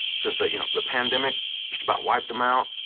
because the you know the pandemic just about wiped them out,